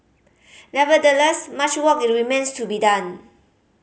nevertheless much work remains to be done